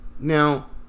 Now